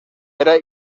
era